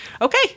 okay